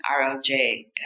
RLJ